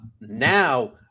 Now